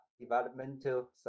developmental